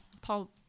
Paul